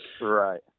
right